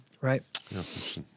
right